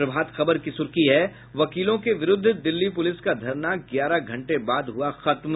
प्रभात खबर की सुर्खी है वकीलों के विरूद्व दिल्ली पुलिस का धरना ग्यारह घंटे बाद हुआ खत्म